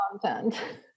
content